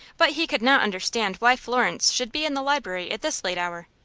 but he could not understand why florence should be in the library at this late hour.